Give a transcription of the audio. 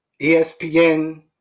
ESPN